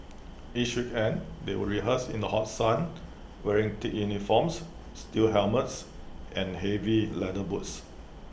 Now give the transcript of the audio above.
each weekend they would rehearse in the hot sun wearing thick uniforms steel helmets and heavy leather boots